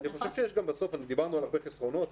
דיברנו על הרבה חסרונות.